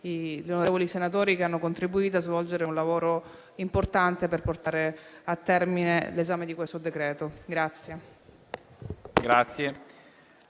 gli onorevoli senatori che hanno contribuito a svolgere un lavoro importante per portare a termine l'esame di questo decreto-legge.